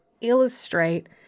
illustrate